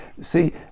See